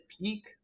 peak